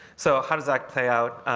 so how does that play out?